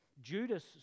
Judas